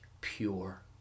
pure